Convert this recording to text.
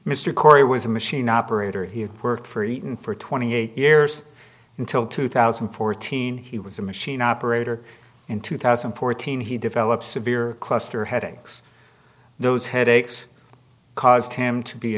mr corey was a machine operator he had worked for eaton for twenty eight years until two thousand and fourteen he was a machine operator in two thousand and fourteen he developed severe cluster headaches those headaches caused him to be